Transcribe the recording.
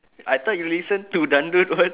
I thought you listen to dollop one